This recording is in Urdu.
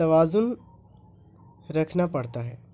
توازن رکھنا پڑتا ہے